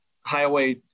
highway